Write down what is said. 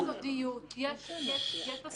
יש חובת סודיות --- דקה.